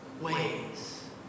ways